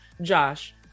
Josh